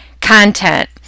content